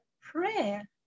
prayer